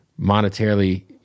monetarily